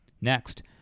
Next